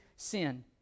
sin